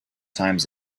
times